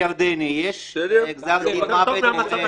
--- תיזום.